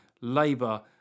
Labour